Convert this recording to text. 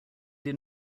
did